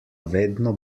vedno